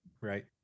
right